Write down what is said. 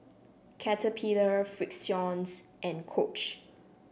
Caterpillar Frixion's and Coach